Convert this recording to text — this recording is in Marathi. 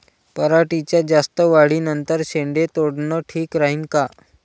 पराटीच्या जास्त वाढी नंतर शेंडे तोडनं ठीक राहीन का?